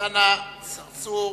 אלסאנע, צרצור,